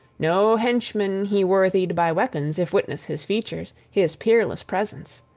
no henchman he worthied by weapons, if witness his features, his peerless presence!